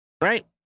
Right